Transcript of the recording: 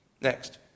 Next